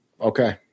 okay